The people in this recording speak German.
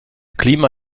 klima